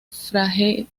frágiles